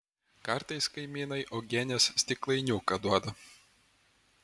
kartais kaimynai uogienės stiklainiuką duoda